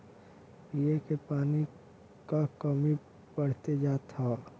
पिए के पानी क कमी बढ़्ते जात हौ